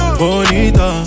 Bonita